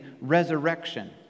resurrection